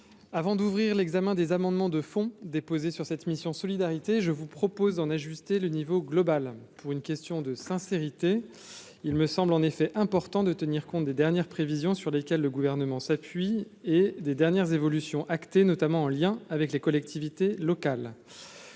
avant d'ouvrir l'examen des amendements de fond déposés sur cette mission Solidarité, je vous propose d'en ajuster le niveau global pour une question de sincérité, il me semble en effet important de tenir compte des dernières prévisions sur lesquelles le gouvernement s'appuie et des dernières évolutions acté notamment en lien avec les collectivités locales,